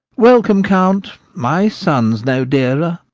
welcome, count my son's no dearer.